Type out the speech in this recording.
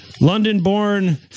London-born